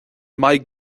mbeidh